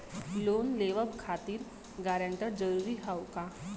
Loan लेवब खातिर guarantor जरूरी हाउ का?